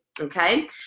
okay